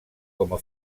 com